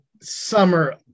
summer